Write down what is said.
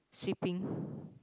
shipping